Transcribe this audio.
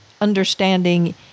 understanding